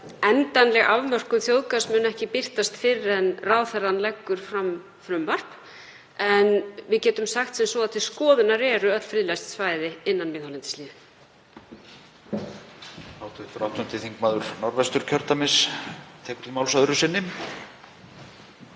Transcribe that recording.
endanleg afmörkun þjóðgarðs mun ekki birtast fyrr en ráðherrann leggur fram frumvarp. En við getum sagt sem svo að til skoðunar eru öll friðlýst svæði innan miðhálendislínu.